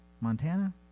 Montana